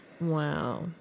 Wow